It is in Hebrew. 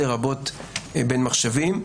לרבות בין מחשבים,